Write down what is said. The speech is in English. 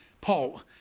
Paul